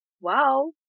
wow